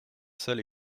seul